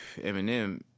Eminem